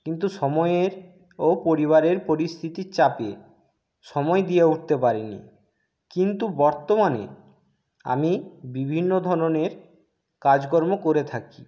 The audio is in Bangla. কিন্তু সময়ের ও পরিবারের পরিস্থিতির চাপে সময় দিয়ে উঠতে পারিনি কিন্তু বর্তমানে আমি বিভিন্ন ধরণের কাজকর্ম করে থাকি